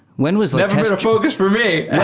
when was never been a focus for me.